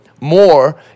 more